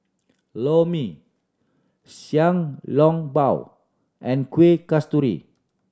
Lor Mee Xiao Long Bao and Kuih Kasturi